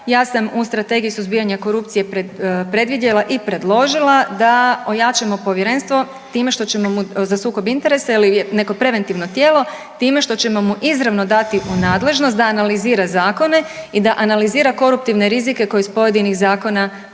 Ja sam u Strategiji suzbijanja korupcije predvidjela i predložila da ojačamo Povjerenstvo za sukob interesa ili neko preventivno tijelo time što ćemo mu izravno dati u nadležnost da analizira zakone i da analizira koruptivne rizike koji iz pojedinih zakona